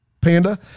Panda